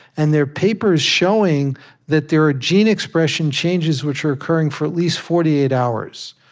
and there are papers showing that there are gene expression changes which are occurring for at least forty eight hours.